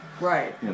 Right